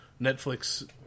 Netflix